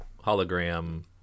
hologram